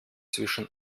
zwischen